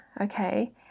okay